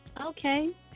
Okay